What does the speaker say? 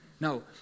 No